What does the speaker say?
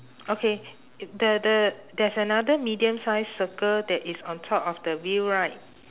okay i~ the the there's another medium size circle that is on top of the wheel right